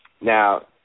Now